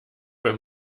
beim